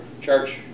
church